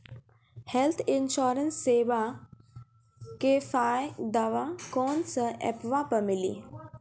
Health इंश्योरेंसबा के फायदावा कौन से ऐपवा पे मिली?